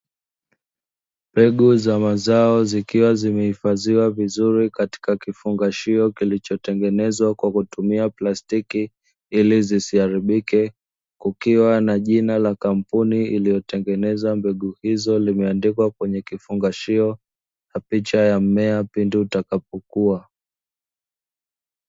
Mbegu za mazao zikiwa zimehifadhiwa vizuri katika kifungashio kilichotengenezwa kwa kutumia plastiki ili zisiharibike, kukiwa na jina la kampuni iliyotengeneza mbegu hizo limeandikwa kwenye kifungashio na picha ya mmea pindi utakapokua.